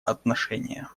отношения